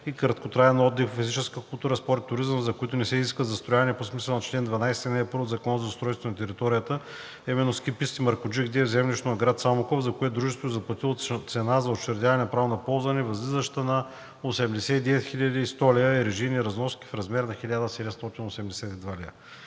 и краткотраен отдих, физическа култура, спорт, туризъм, за които не се изисква застрояване по смисъла на чл. 12, ал. 1 от Закона за устройство на територията, а именно ски писти „Маркуджик 2“ в землището на град Самоков, за което Дружеството е заплатило цена за учредяване право на ползване, възлизаща на 89 хил. и 100 лв., и режийни разноски в размер на 1782 лв.